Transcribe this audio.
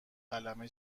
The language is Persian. قلمه